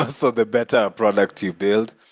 ah so the better product you build,